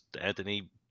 anthony